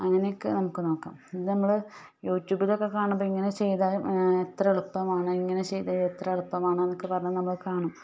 അങ്ങനെ ഒക്കെ നമുക്ക് നോക്കാം ഇത് നമ്മൾ യൂ ട്യൂബിലൊക്കെ കാണുമ്പോൾ ഇങ്ങനെ ചെയ്താൽ എത്ര എളുപ്പമാണ് ഇങ്ങനെ ചെയ്താൽ എത്ര എളുപ്പമാണ് എന്നൊക്കെ പറഞ്ഞ് നമ്മൾ കാണും